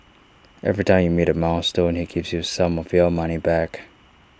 every time you meet A milestone he gives you some of your money back